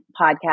podcast